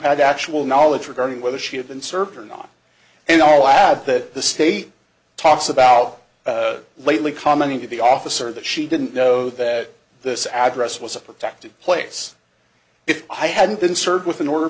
had actual knowledge regarding whether she had been served or not and i'll add that the state talks about lately commenting to the officer that she didn't know that this address was a protected place if i hadn't been served with an order